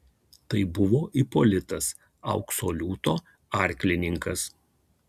tai buvo ipolitas aukso liūto arklininkas